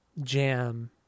jam